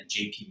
JP